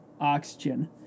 oxygen